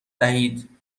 دهید